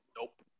Nope